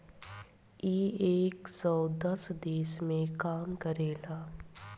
इ एक सौ दस देश मे काम करेला